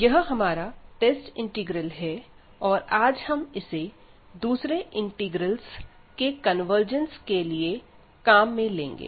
यह हमारा test integral है और आज हम इसे दूसरे इंटीग्रल्स के कन्वर्जन्स के लिए काम में लेंगे